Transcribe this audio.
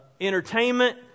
entertainment